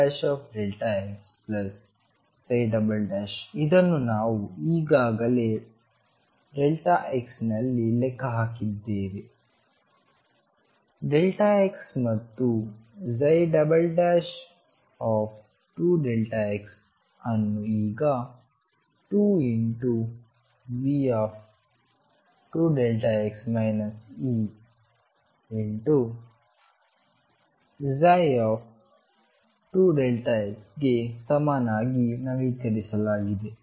2Δxxಇದನ್ನು ನಾವು ಈಗಾಗಲೇ x ನಲ್ಲಿ ಲೆಕ್ಕ ಹಾಕಿದ್ದೇವೆ x ಮತ್ತು 2x ಅನ್ನು ಈಗ 2V2Δx Eψ ಗೆ ಸಮನಾಗಿ ನವೀಕರಿಸಲಾಗಿದೆ